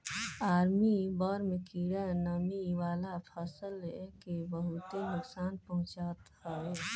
army worm कीड़ा नमी वाला फसल के बहुते नुकसान पहुंचावत हवे